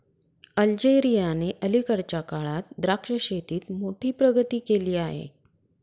अल्जेरियाने अलीकडच्या काळात द्राक्ष शेतीत मोठी प्रगती केली आहे